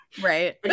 right